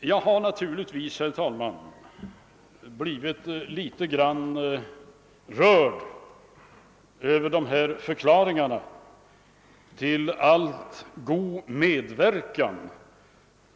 Jag har naturligtvis, herr talman, blivit litet rörd över förklaringarna om all god medverkan